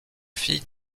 fille